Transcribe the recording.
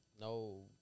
no